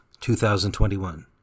2021